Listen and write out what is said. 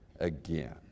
again